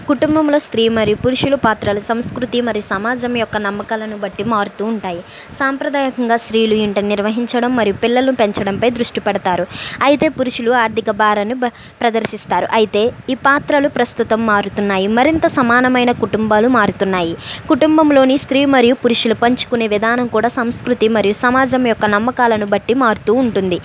కుటుంబంలో స్త్రీ మరియు పురుషులు పాత్రలు సంస్కృతి మరియు సమాజం యొక్క నమ్మకాలను బట్టి మారుతూ ఉంటాయి సాంప్రదాయకంగా స్త్రీలు ఇంట నిర్వహించడం మరియు పిల్లలు పెంచడంపై దృష్టి పెడతారు అయితే పురుషులు ఆర్థిక భారాన్ని ప్రదర్శిస్తారు అయితే ఈ పాత్రలు ప్రస్తుతం మారుతున్నాయి మరింత సమానమైన కుటుంబాలు మారుతున్నాయి కుటుంబంలోని స్త్రీ మరియు పురుషుల పంచుకునే విధానం కూడా సంస్కృతి మరియు సమాజం యొక్క నమ్మకాలను బట్టి మారుతూ ఉంటుంది